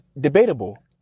debatable